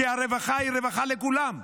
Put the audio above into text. כי הרווחה היא רווחה לכולם.